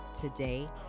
Today